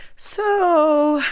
so